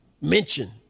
mention